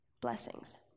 blessings